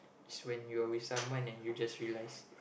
so when you're with someone and you just realise